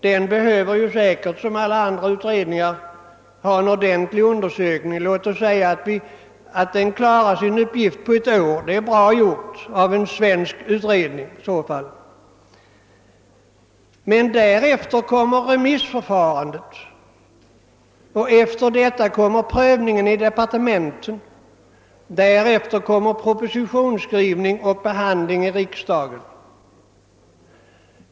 Den behöver säkert som alla andra utredningar göra en ordentlig undersökning. Vi kan säga att den klarar sin uppgift på ett år — och det är bra gjort av en svensk utredning — men därefter kommer remissförfarandet, prövningen i vederbörande departement, propositionsskrivning och slutligen behandling i riksdagen.